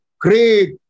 great